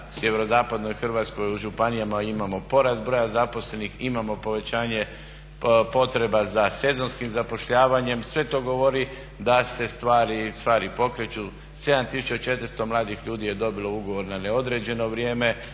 sjeverozapadnoj Hrvatskoj u županijama imamo porast broja zaposlenih, imamo povećanje potreba za sezonskim zapošljavanjem, sve to govori da se stvari pokreću. 7400 mladih ljudi je dobilo ugovor na neodređeno vrijeme,